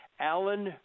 Alan